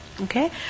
Okay